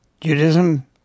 Judaism